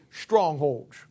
strongholds